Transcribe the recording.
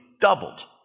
doubled